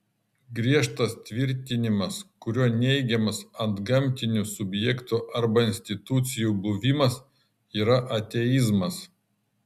griežtas tvirtinimas kuriuo neigiamas antgamtinių subjektų arba institucijų buvimas yra ateizmas